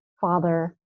father